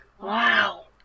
Wow